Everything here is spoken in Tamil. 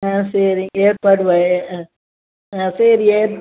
ஆ சரிங்க ஏற்பாடு ஆ ஆ சரி